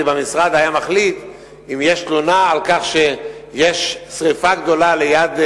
במשרד היה מחליט אם יש תלונה על שרפה גדולה ליד,